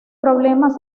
problemas